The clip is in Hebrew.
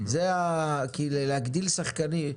כדי להגדיל שחקנים,